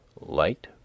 Light